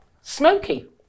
smoky